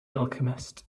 alchemist